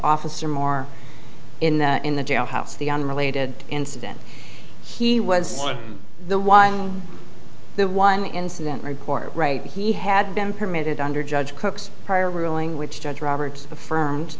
officer moore in the in the jailhouse the unrelated incident he was the one the one incident report right he had been permitted under judge cook's prior ruling which judge roberts